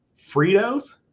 Fritos